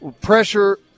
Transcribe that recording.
Pressure